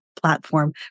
platform